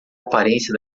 aparência